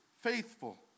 faithful